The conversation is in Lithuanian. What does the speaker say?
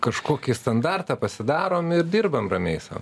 kažkokį standartą pasidarom ir dirbam ramiai sau